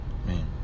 Man